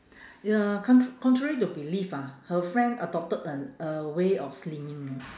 ya con~ contrary to belief ah her friend adopted an a way of slimming you know